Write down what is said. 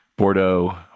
Bordeaux